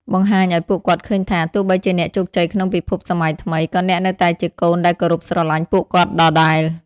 បង្ហាញឱ្យពួកគាត់ឃើញថា ទោះបីជាអ្នកជោគជ័យក្នុងពិភពសម័យថ្មី ក៏អ្នកនៅតែជាកូនដែលគោរពស្រឡាញ់ពួកគាត់ដដែល។